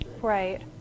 Right